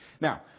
Now